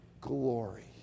glory